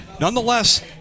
Nonetheless